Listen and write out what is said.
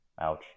Ouch